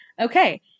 Okay